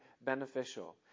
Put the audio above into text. beneficial